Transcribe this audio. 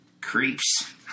Creeps